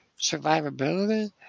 survivability